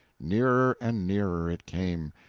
nearer and nearer it came,